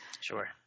Sure